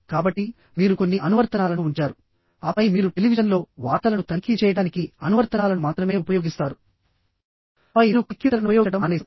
కాబట్టి మీరు కొన్ని అనువర్తనాలను ఉంచారు ఆపై మీరు టెలివిజన్లో వార్తలను తనిఖీ చేయడానికి అనువర్తనాలను మాత్రమే ఉపయోగిస్తారు ఆపై మీరు కాలిక్యులేటర్ను ఉపయోగించడం మానేశారు